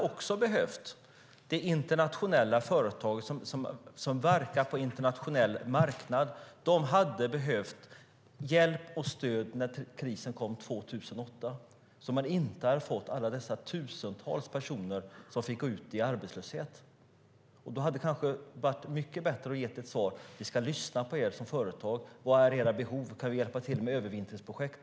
Som internationellt företag på en internationell marknad hade de också behövt hjälp och stöd när krisen kom 2008, så att inte alla dessa tusentals personer fått gå ut i arbetslöshet. Det hade varit mycket bättre att säga: Vi ska lyssna på er som företag. Vilka är era behov? Kan vi hjälpa till med övervintringsprojekt?